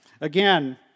again